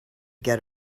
get